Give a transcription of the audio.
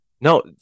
No